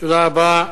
תודה רבה.